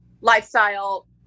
lifestyle